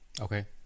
Okay